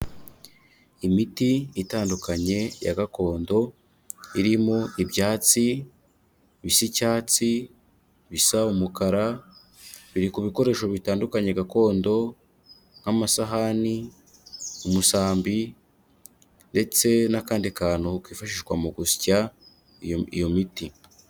Imiti itandukanye ya gakondo irimo ibyatsi bisa icyatsi, bisa umukara, biri ku bikoresho bitandukanye gakondo, nk'amasahani, umusambi, ndetse n'akandi kantu kifashishwa mu gusya iyo miti.